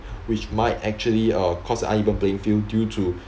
which might actually uh cause uneven playing field due to